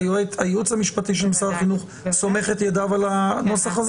הייעוץ המשפטי של משרד החינוך סומך את ידיו על הנוסח הזה?